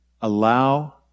Allow